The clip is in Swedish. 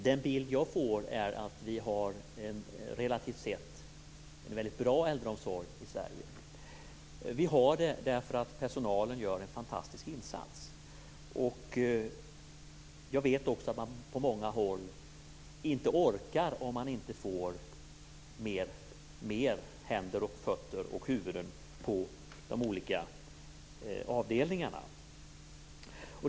Den bild jag får är att vi relativt sett har en mycket bra äldreomsorg i Sverige. Vi har det därför att personalen gör en fantastisk insats. Jag vet också att man på många håll inte orkar om man inte får fler händer, fötter och huvuden på de olika avdelningarna.